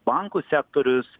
bankų sektorius